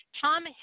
Tom